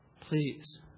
Please